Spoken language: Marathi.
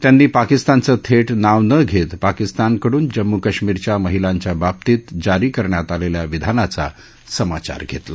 त्यांनी पाकिस्तानचं थेट नाव न घेत पाकिस्तानकडून जम्मू काश्मिरच्या महिलांच्या बाबतीत जारी करण्यात आलेल्या विधानाचा समाचार घेतला